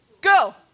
Go